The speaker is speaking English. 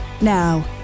Now